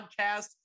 podcast